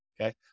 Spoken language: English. Okay